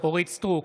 אורית מלכה סטרוק,